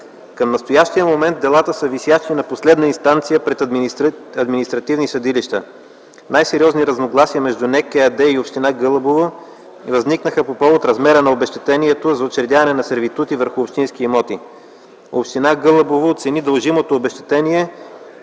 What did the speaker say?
Към настоящия момент делата са висящи на последна инстанция пред административни съдилища. Най-сериозни разногласия между НЕК ЕАД и между община Гълъбово възникнаха по повод размера на обезщетението за учредяване на сервитути върху общински имоти. Община Гълъбово оцени дължимото обезщетение